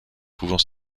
pouvant